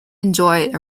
enjoyed